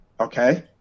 okay